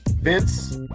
Vince